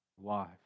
life